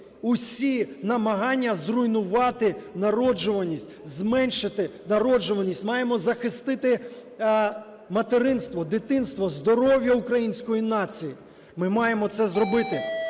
усі намагання зруйнувати народжуваність, зменшити народжуваність, маємо захистити материнство, дитинство, здоров'я української нації. Ми маємо це зробити.